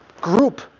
group